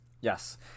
Yes